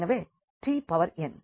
எனவே t power n